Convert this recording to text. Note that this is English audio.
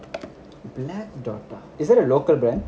black dot ah is that a local brand